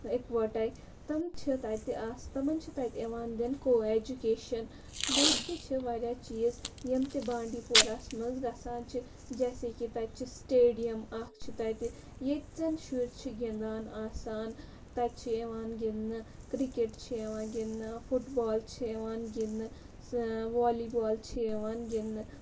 اِکوَٹَے تِم چھِ تَتہِ آس تِمَن چھِ تَتہِ یِوان دِنہٕ کو ایجوُکیشَن بیٚیہِ تہِ چھِ واریاہ چیٖز یِم تہِ بانڈی پوراہَس منٛز گژھان چھِ جیسے کہِ تَتہِ چھِ سِٹیٚڈیَم اَکھ چھِ تَتہِ ییٚتہِ زَن شُرۍ چھِ گِنٛدان آسان تَتہِ چھِ یِوان گِنٛدنہٕ کِرکٹ چھِ یِوان گِنٛدنہٕ فُٹ بال چھِ یِوان گِنٛدنہٕ والی بال چھِ یِوان گِنٛدنہٕ